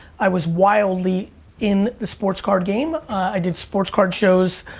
i was wildly in the sports card game. i did sports card shows